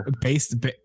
Based